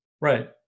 Right